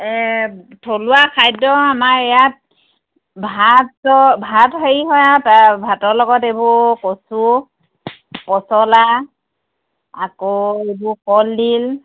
এই থলুৱা খাদ্য আমাৰ ইয়াত ভাত ভাত হেৰি হয় ভাতৰ লগত এইবোৰ কচু পচলা আকৌ এইবোৰ কলডিল